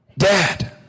Dad